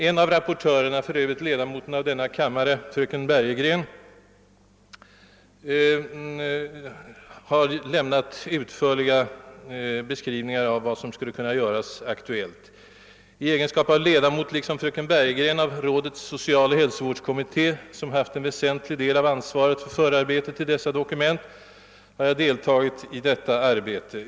En av rapportörerna, för övrigt ledamoten av denna kammare fröken Bergegren, har lämnat utförliga redogörelser för vad som skulle kunna göras i det aktuella läget. 1 egenskap av ledamot — i likhet med fröken Bergegren — av rådets socialoch hälsovårdskommitté, som haft en väsentlig del av ansvaret för förarbetet till dessa dokument, har även jag haft förmånen att deltaga i detta arbete.